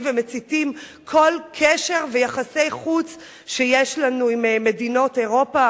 ומציתים כל קשר ויחסי חוץ שיש לנו עם מדינות אירופה,